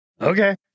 Okay